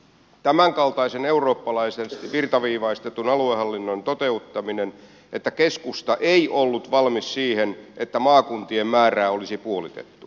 tämänkaltaisen eurooppalaisesti virtaviivaistetun aluehallinnon toteuttaminen kaatui käytännössä siihen että keskusta ei ollut valmis siihen että maakuntien määrä olisi puolitettu